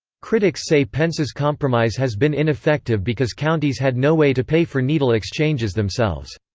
critics say pence's compromise has been ineffective because counties had no way to pay for needle exchanges themselves.